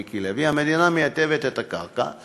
מיקי לוי המדינה מטייבת את הקרקע,